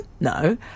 no